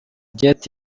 jet